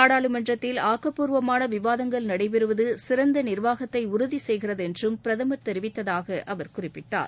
நாடாளுமன்றத்தில் ஆக்கப்பூர்வமான விவாதங்கள் நடைபெறுவது சிறந்த நிர்வாகத்தை உறுதி செய்கிறது என்றும் பிரதமர் தெரிவித்ததாக அவர் குறிப்பிட்டார்